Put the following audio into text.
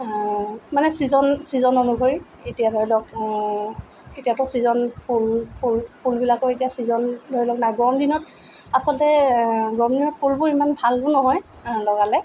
মানে season season অনুসৰি এতিয়া ধৰি লওক এতিয়াতো চিজন ফুল ফুল ফুলবিলাকৰ এতিয়া চিজন ধৰি লওক নাই গৰমদিনত আচলতে গৰমদিনত ফুলবোৰ ইমান ভালো নহয় লগালে